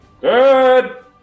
Good